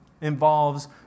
involves